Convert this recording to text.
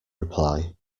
reply